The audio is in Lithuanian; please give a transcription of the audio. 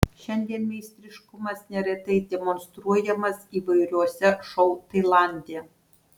šiandien meistriškumas neretai demonstruojamas įvairiuose šou tailande